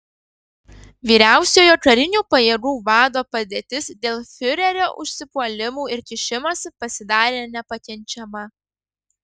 vyriausiojo karinių pajėgų vado padėtis dėl fiurerio užsipuolimų ir kišimosi pasidarė nepakenčiama